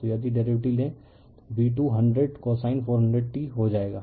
तो यदि डेरीवेटिव लें v2 100 cosine 400 t हो जाएगा